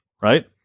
right